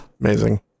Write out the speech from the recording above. Amazing